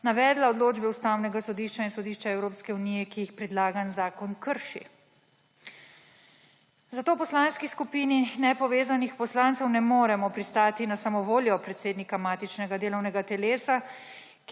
navedla odločbe Ustavnega sodišča in Sodišča Evropske unije, ki jih predlagani zakon krši. Zato v Poslanski skupini nepovezanih poslancev ne moremo pristati na samovoljo predsednika matičnega delovnega telesa,